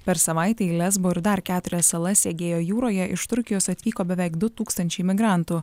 per savaitę eiles buvo ir dar keturias salas egėjo jūroje iš turkijos atvyko beveik du tūkstančiai migrantų